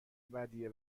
بدیه